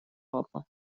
папа